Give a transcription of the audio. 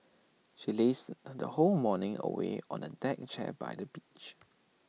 she lazed the whole morning away on A deck chair by the beach